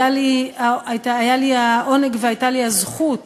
היה לי העונג והייתה לי הזכות